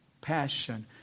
passion